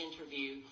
interview